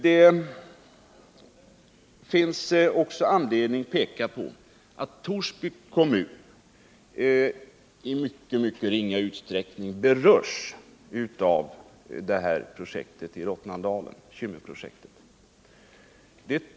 Det finns också anledning peka på att Torsby kommun i mycket ringa utsträckning berörs av det här projektet i Rottnadalen, Kymmenprojektet.